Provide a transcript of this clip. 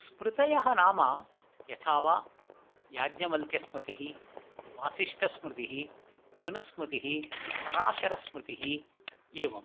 स्मृतयः नाम यथा वा याज्ञवल्क्यस्मृतिः वासिष्ठस्मृतिः मनुस्मृतिः पराशरस्मृतिः एवम्